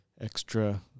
extra